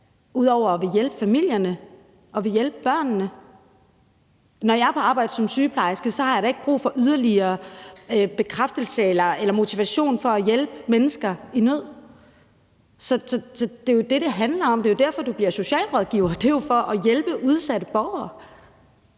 ud over at ville hjælpe familierne og at ville hjælpe børnene. Når jeg er på arbejde som sygeplejerske, har jeg da ikke brug for yderligere bekræftelse eller motivation for at hjælpe mennesker i nød. Så det er jo det, det handler om. Det er derfor, du bliver socialrådgiver. Det er for at hjælpe udsatte borgere.